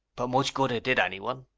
but much good it did anyone!